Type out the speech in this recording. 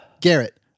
Garrett